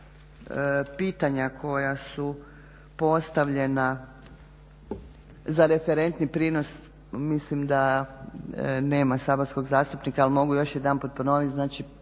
pitanja koja su postavljena za referentni prinos mislim nema saborskog zastupnika ali mogu još jedanput ponoviti,